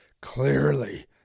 clearly